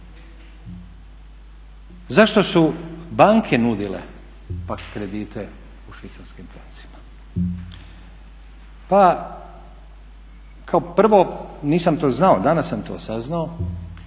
Zašto su banke nudile pak kredite u švicarskim francima? Pa kao prvo, nisam to znao, danas sam to saznao,